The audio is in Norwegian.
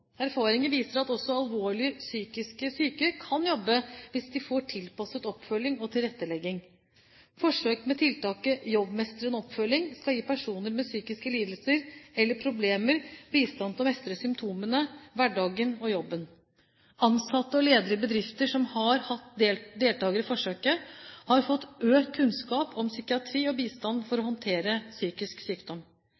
Erfaringer viser at også alvorlig psykisk syke kan jobbe hvis de får tilpasset oppfølging og tilrettelegging. Forsøk med tiltaket Jobbmestrende oppfølging skal gi personer med psykiske lidelser eller problemer bistand til å mestre symptomene, hverdagen og jobben. Ansatte og ledere i bedrifter som har hatt deltakere i forsøket, har fått økt kunnskap om psykiatri og bistand for å